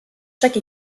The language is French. chaque